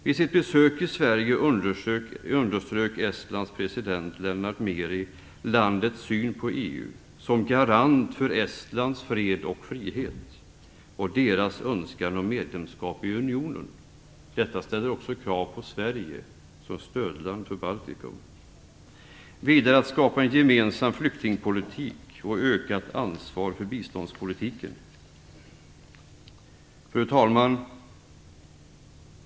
Vid sitt besök i Sverige underströk Estlands president Lennart Meri landets syn på EU som garant för Estlands fred och frihet och landets önskan om medlemskap i unionen. Detta ställer också krav på Sverige som stödland för Baltikum. Att skapa en gemensam flyktingpolitik och ökat ansvar för biståndspolitiken. Fru talman!